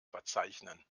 verzeichnen